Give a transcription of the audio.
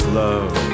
love